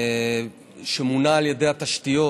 שמונע על ידי התשתיות